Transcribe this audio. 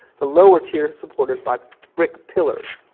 the lower tiers supported by brick pillars.